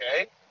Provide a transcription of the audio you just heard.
okay